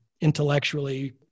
intellectually